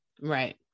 Right